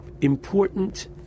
important